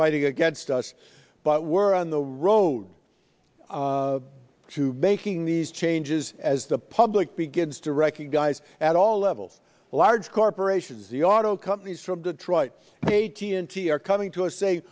fighting against us but we're on the road to making these changes as the public begins to recognize at all levels the large corporations the auto companies from detroit's pay t n t are coming to